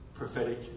Prophetic